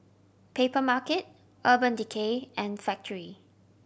Papermarket Urban Decay and Factorie